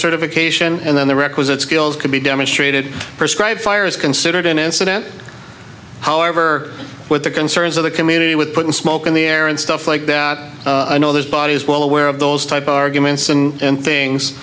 certification and then the requisite skills could be demonstrated prescribe fire is considered an incident however with the concerns of the community with putting smoke in the air and stuff like that i know this body is well aware of those type of arguments and things